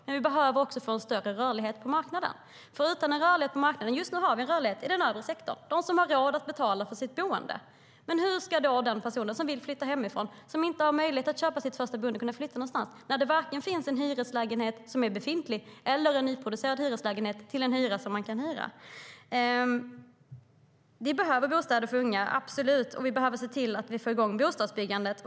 Men vi behöver också få en större rörlighet på marknaden. Just nu har vi en rörlighet bland dem som har råd att betala för sitt boende. Men hur ska den person som vill flytta hemifrån och som inte har möjlighet att köpa sitt första boende kunna flytta någonstans när det varken finns en hyreslägenhet i det befintliga beståndet eller en nyproducerad hyreslägenhet till en hyra som man har råd med? Vi behöver absolut bostäder för unga, och vi behöver se till att få igång bostadsbyggandet.